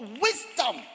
wisdom